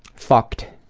fucked